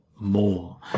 more